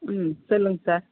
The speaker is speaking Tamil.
ம் சொல்லுங்க சார்